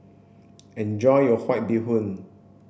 enjoy your bee hoon